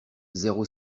zéro